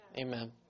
Amen